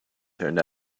turned